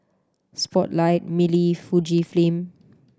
Spotlight Mili Fujifilm